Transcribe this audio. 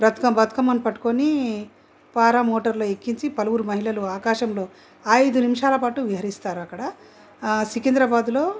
బ్రతుక బతుకమ్మను పట్టుకొనీ పారా మోటర్లో ఎక్కించి పలువురు మహిళలు ఆకాశంలో ఐదు నిమిషాలపాటు విహరిస్తారు అక్కడ సికింద్రాబాద్లో